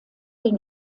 den